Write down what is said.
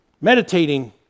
Meditating